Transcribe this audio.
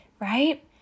right